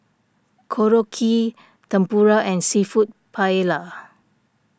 Korokke Tempura and Seafood Paella